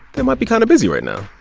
they might be kind of busy right now